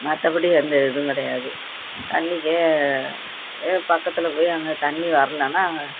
மற்றபடி எந்த இதுவும் கிடையாது தண்ணிக்கு பக்கத்தில் போய் அங்கே தண்ணி வரலனா